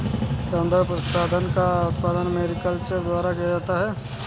सौन्दर्य प्रसाधन का उत्पादन मैरीकल्चर द्वारा किया जाता है